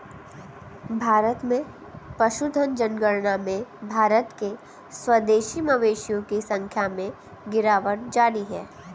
भारत में पशुधन जनगणना में भारत के स्वदेशी मवेशियों की संख्या में गिरावट जारी है